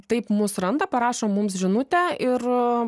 taip mus randa parašo mums žinutę ir